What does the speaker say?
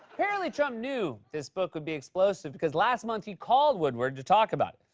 apparently, trump knew this book would be explosive, because last month he called woodward to talk about it.